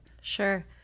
Sure